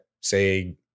say